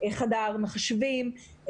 חדר מחשבים,